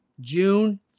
June